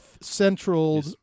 central